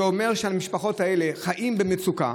זה אומר שבמשפחות האלה חיים במצוקה.